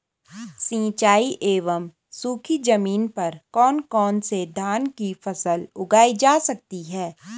सिंचाई एवं सूखी जमीन पर कौन कौन से धान की फसल उगाई जा सकती है?